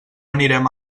anirem